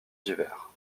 divers